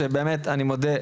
שבאמת אני מודה,